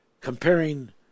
comparing